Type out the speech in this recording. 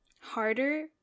harder